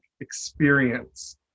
experience